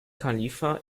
khalifa